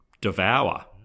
devour